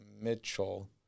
Mitchell